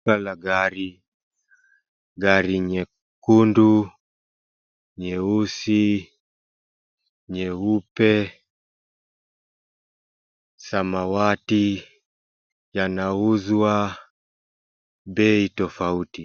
Nyumba la gari, gari nyekundu, nyeusi, nyeupe, samawati yanauzwa bei tofauti.